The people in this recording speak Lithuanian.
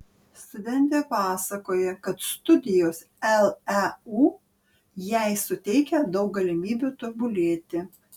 studentė pasakoja kad studijos leu jai suteikia daug galimybių tobulėti